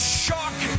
shock